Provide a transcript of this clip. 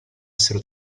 essere